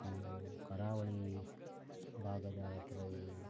ಕರಾವಳಿ ಭಾಗದ ಕೆಲವು